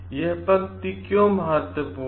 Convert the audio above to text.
यह पंक्ति क्यों महत्वपूर्ण है